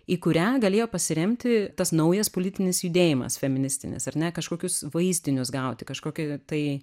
į kurią galėjo pasiremti tas naujas politinis judėjimas feministinis ar ne kažkokius vaizdinius gauti kažkokį tai